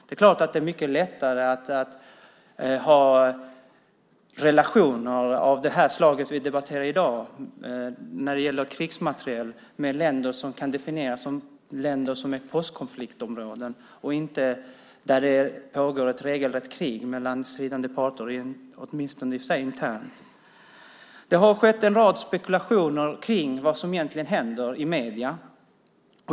Det är klart att det är mycket lättare att ha relationer av det slag som vi debatterar i dag, som gäller krigsmateriel, med länder som kan definieras som postkonfliktområden än med länder där det pågår ett regelrätt krig mellan stridande parter, åtminstone internt. Det har skett en del spekulationer i medierna om vad som egentligen händer.